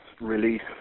release